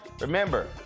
Remember